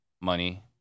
money